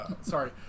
Sorry